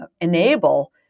enable